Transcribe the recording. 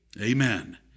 Amen